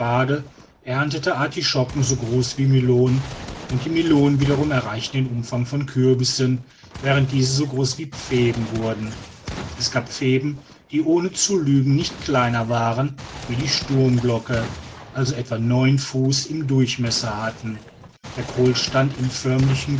erntete artischocken so groß wie melonen und die melonen wiederum erreichten den umfang von kürbissen während diese so groß wie pfeben wurden es gab pfeben die ohne zu lügen nicht kleiner waren wie die sturmglocke also etwa neun fuß im durchmesser hatten der kohl stand in förmlichen